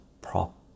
prop